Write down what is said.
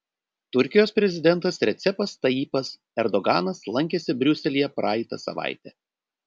turkijos prezidentas recepas tayyipas erdoganas lankėsi briuselyje praeitą savaitę